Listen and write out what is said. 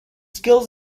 skills